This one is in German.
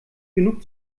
genug